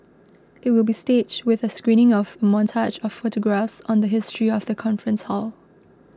it will be staged with a screening of a montage of photographs on the history of the conference hall